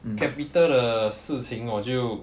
capital 的事情我就